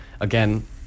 again